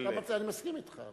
אני מסכים אתך.